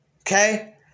Okay